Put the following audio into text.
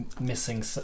missing